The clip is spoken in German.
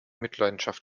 mitleidenschaft